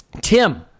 tim